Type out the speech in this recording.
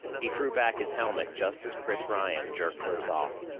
he threw back his helmet just as chris ryan jerked hers off.